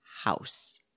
house